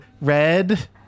Red